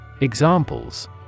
Examples